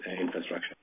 infrastructure